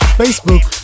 facebook